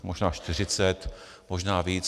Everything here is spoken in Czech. Možná čtyřicet, možná víc.